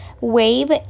Wave